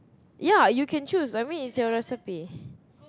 ya you can choose I mean it's your recipe